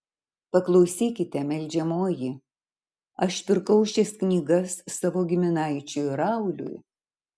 paklausykite meldžiamoji aš pirkau šias knygas savo giminaičiui rauliui